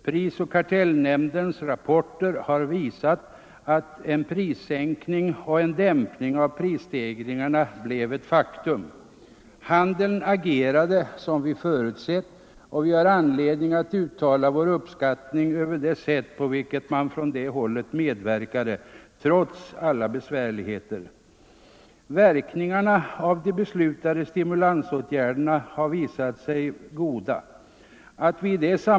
Prisoch kartellnämndens rapporter har visat att en prissänkning och en dämpning av prisstegringarna blev ett faktum. Handeln agerade som vi förutsett, och vi har anledning att uttala vår uppskattning över det sätt, på vilket man från det hållet medverkade trots alla besvärligheter. Verkningarna av de beslutade stimulansåtgärderna har visat sig goda.